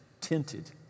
tinted